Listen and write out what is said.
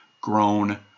grown